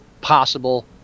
possible